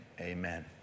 Amen